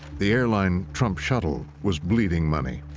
the airline trump shuttle was bleeding money.